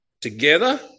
together